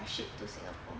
ya ship to singapore